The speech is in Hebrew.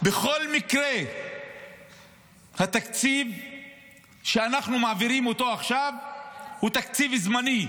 בכל מקרה התקציב שאנחנו מעבירים עכשיו הוא תקציב זמני,